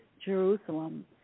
Jerusalem